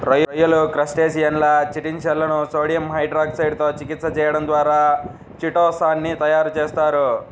రొయ్యలు, క్రస్టేసియన్ల చిటిన్ షెల్లను సోడియం హైడ్రాక్సైడ్ తో చికిత్స చేయడం ద్వారా చిటో సాన్ ని తయారు చేస్తారు